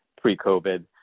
pre-COVID